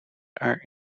are